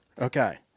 Okay